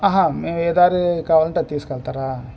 అహా మేము ఏ దారి కావాలి అంటే అది తీసుకెళ్తారా